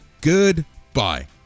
Goodbye